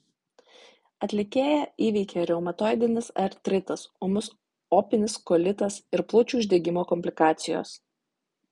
atlikėją įveikė reumatoidinis artritas ūmus opinis kolitas ir plaučių uždegimo komplikacijos